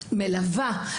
מלווה,